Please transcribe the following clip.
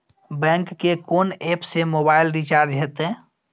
Bank के कोन app से मोबाइल रिचार्ज हेते?